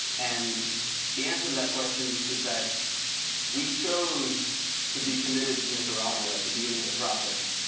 and the answer to that question is that we chose to be committed to nicaragua at the beginning of the project,